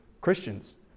Christians